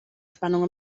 spannung